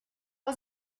was